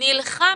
נלחמים